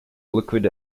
liquid